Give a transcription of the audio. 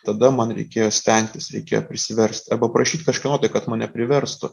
tada man reikėjo stengtis reikėjo prisiverst paprašyt kažkieno tai kad mane priverstų